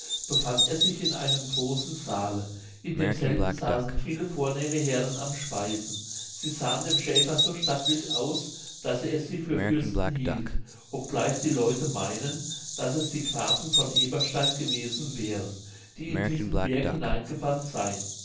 befand er sich in einem großen saale in demselben saßen viele vornehme herren am speisen sie sahen dem schäfer so stattlich aus daß er sie für fürsten hielt obgleich die leute meinen daß es die grafen von eberstein gewesen wären die in diesen berg hineingebannt seyen